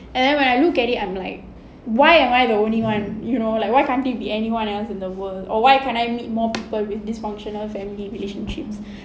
and then when I look at it I'm like why am I the only one you know why can't it be anyone else in the world or can't I meet more people with dysfunctional family relationships